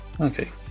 Okay